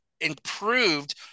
improved